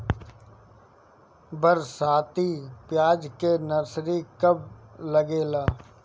बरसाती प्याज के नर्सरी कब लागेला?